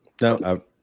No